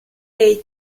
dei